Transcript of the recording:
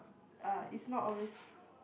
uh it's not always